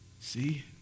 See